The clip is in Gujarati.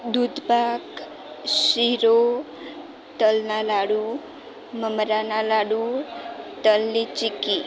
દૂધપાક શિરો તલના લાડુ મમરાના લાડુ તલની ચીક્કી